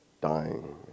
dying